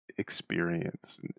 experience